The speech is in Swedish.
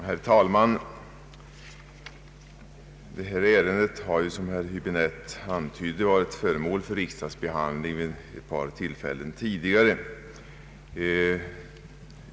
Herr talman! Detta ärende har, som herr Höäbinette antydde, varit föremål för riksdagsbehandling vid ett par tillfällen tidigare.